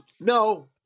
No